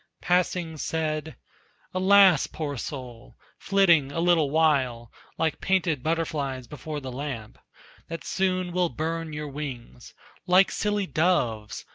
passing said alas, poor soul! flitting a little while like painted butterflies before the lamp that soon will burn your wings like silly doves,